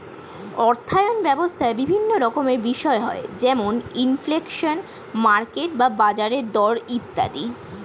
অর্থায়ন ব্যবস্থায় বিভিন্ন রকমের বিষয় হয় যেমন ইনফ্লেশন, মার্কেট বা বাজারের দর ইত্যাদি